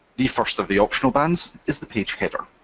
the first of the optional bands is the page header.